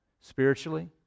Spiritually